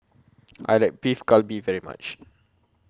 I like Beef Galbi very much